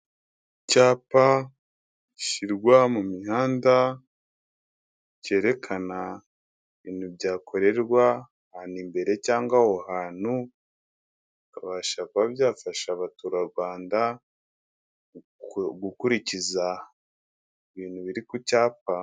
Icyapa gishyirwa mu mihanda, cyerekana ibintu byakorerwa ahantu imbere cyangwa aho hantu, bikabsha kuba byafasha abaturarwanda gukurikiza ibintu biri ku cyapa.